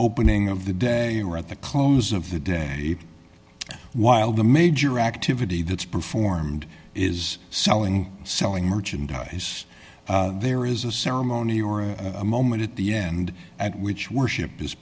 opening of the day or at the close of the day while the major activity that's performed is selling selling merchandise there is a ceremony or a moment at the end at which worship